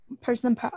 person